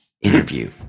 interview